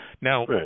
Now